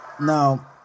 now